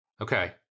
Okay